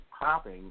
popping